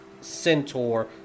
centaur